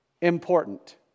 important